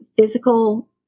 physical